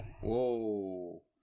whoa